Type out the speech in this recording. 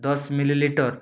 ଦଶ ମିଲି ଲିଟର୍